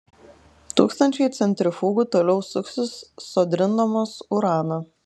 tūkstančiai centrifugų toliau suksis sodrindamos uraną